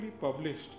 published